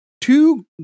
two